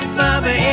mama